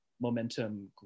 momentum